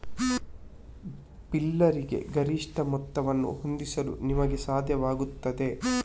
ಬಿಲ್ಲರಿಗೆ ಗರಿಷ್ಠ ಮೊತ್ತವನ್ನು ಹೊಂದಿಸಲು ನಿಮಗೆ ಸಾಧ್ಯವಾಗುತ್ತದೆ